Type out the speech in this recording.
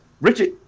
Richard